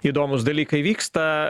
įdomūs dalykai vyksta